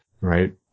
right